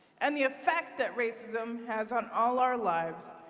and the effect that racism has on all our lives,